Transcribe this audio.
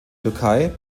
türkei